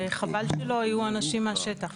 וחבל שלא יהיו אנשים מהשטח,